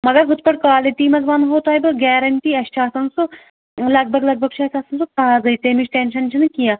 مگر ہُتھ کٲٹھۍ قالٹی منٛز ونہو تۄہہِ بہٕ گیرنٹی اسہِ چھُ آسان سُہ لگ بھگ لگ بھگ چھُ اسہِ آسان سُہ تازے تیٚمچ ٹیٚنشن چھُنہٕ کیٚنٛہہ